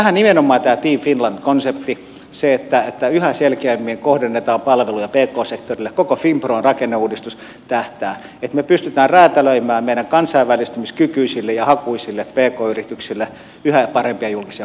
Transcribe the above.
tähän nimenomaan tämä team finland konsepti se että yhä selkeämmin kohdennetaan palveluja pk sektorille ja koko finpron rakenneuudistus tähtäävät että me pystymme räätälöimään meidän kansainvälistymiskykyisille ja hakuisille pk yrityksillemme yhä parempia julkisia palveluja tulevaisuudessa